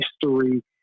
history